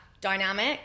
dynamic